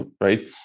right